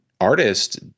artist